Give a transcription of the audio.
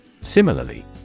Similarly